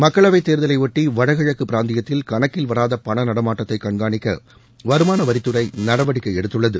மக்களவை தேர்தலை பொட்டி வடகிழக்கு பிராந்தியத்தில் கணக்கில் வராத பண நாடமாட்டத்தை கண்காணிக்க வருமான வரித்துறை நடவடிக்கை எடுத்துள்ளது